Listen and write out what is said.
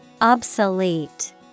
Obsolete